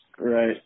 Right